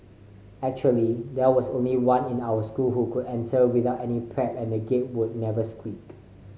actually there was only one in our school who could enter without any prep and the Gate would never squeak